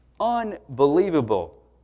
unbelievable